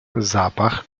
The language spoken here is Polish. zapach